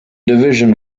division